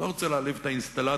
אני לא רוצה להעליב את האינסטלטורים,